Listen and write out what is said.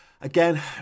Again